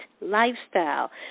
lifestyle